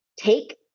take